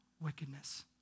wickedness